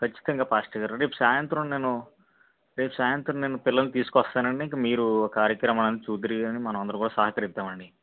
ఖచ్చితంగా పాస్టర్ గారు రేపు సాయంత్రం నేను రేపు సాయంత్రం నేను పిల్లలు తీసుకొస్తానండి ఇంక మీరు కార్యక్రమాన్ని చూద్దురు కానీ మనం అందరం కూడ సహకరిద్దామండి